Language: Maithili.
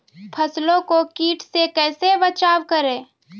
फसलों को कीट से कैसे बचाव करें?